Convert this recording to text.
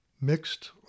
mixed